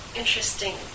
interesting